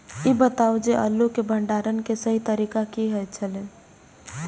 ई बताऊ जे आलू के भंडारण के सही तरीका की होय छल?